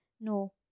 No